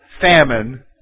famine